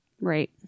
Right